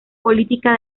política